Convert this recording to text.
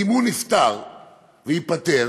אם הוא נפתר וייפתר